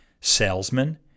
Salesman